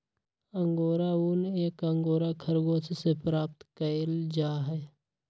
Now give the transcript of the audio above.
angora ऊन एक angora खरगोश से प्राप्त कइल जाहई